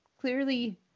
clearly